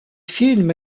film